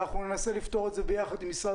אנחנו ננסה לפתור את זה ביחד עם משרד